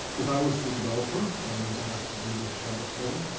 if i was the developer and i was asked to do the shadow study,